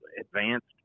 advanced